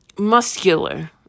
muscular